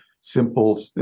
simple